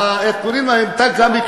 איך קוראים להם?